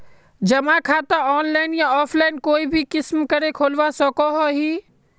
जमा खाता ऑनलाइन या ऑफलाइन कोई भी किसम करे खोलवा सकोहो ही?